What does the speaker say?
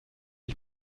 ich